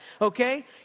okay